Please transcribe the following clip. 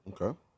Okay